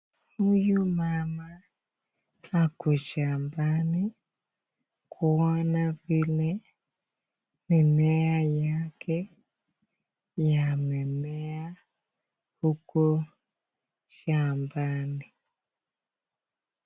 Huyu mama ako shambani, kuona vile mimea yake yamemea huku shambani.